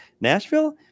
Nashville